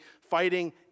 fighting